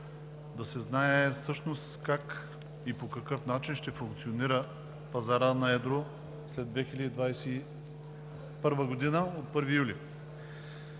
да се знае всъщност как и по какъв начин ще функционира пазарът на едро след 1 юли 2021 г.